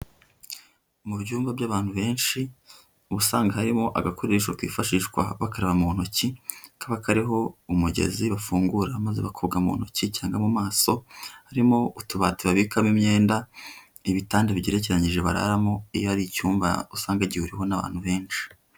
Mu byumba by'abantu benshi uba usanga harimo agakoresho kifashishwa bakaraba mu ntoki kaba kariho umugezi bafungura maze bakoka mu ntoki cyangwa mu maso, harimo utubati babikamo imyenda, ibitanda bigerekeranyije bararamo iyo ari icyumba usanga gihuriweho n'abantu benshi.